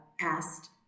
asked